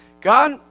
God